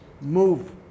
Move